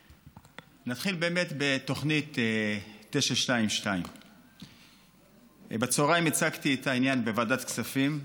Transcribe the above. נתחיל בתוכנית 922. בצוהריים הצגתי את העניין בוועדת הכספים,